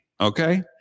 Okay